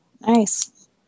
Nice